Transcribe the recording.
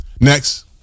Next